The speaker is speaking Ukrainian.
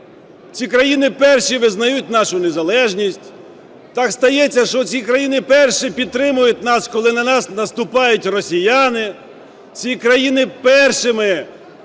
Ці країни перші визнають нашу незалежність. Так стається, що ці країни перші підтримують нас, коли на нас наступають росіяни. Ці країни першими